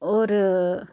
होर